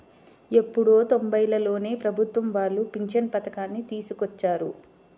ఎప్పుడో తొంబైలలోనే ప్రభుత్వం వాళ్ళు పింఛను పథకాన్ని తీసుకొచ్చారు